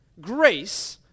grace